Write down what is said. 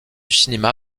cinéma